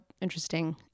interesting